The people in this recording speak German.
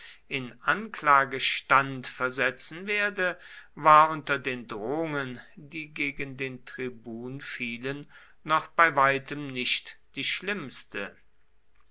in anklagestand versetzen werde war unter den drohungen die gegen den tribun fielen noch bei weitem nicht die schlimmste